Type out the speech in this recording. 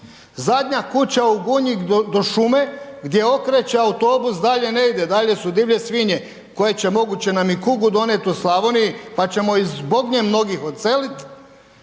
Zadnja kuća u Gunji do šume gdje okreće autobus dalje ne ide, dalje su divlje svinje koje će moguće nam i kugu donijeti u Slavoniji pa ćemo i zbog nje mnogih odselit.